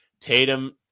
Tatum